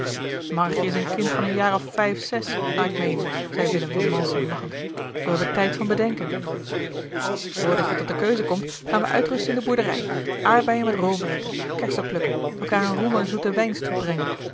marrigje is een kind van een jaar vijf zes naar ik meene zeî willem van malsem lachend zoo heb ik tijd van bedenken voor dat je tot de keuze komt gaan we uitrusten in de boerderij aardbeien met room eten kersen plukken elkaâr een roemer zoeten wijns toebrengen